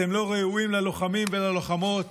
אתם לא ראויים ללוחמים וללוחמות,